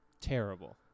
Terrible